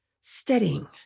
steadying